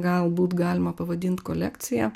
galbūt galima pavadint kolekcija